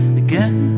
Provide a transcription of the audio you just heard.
again